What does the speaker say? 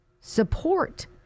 support